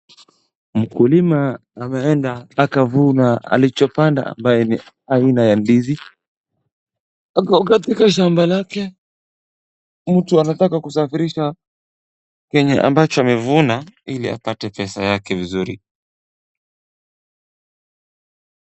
Mkulima ameenda akavuna alichopanda ambayo ni aina ya ndizi. Katika shamba lake mtu anataka kusafirisha yenye ambacho amevuna ili apate pesa yake vizuri.